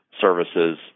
services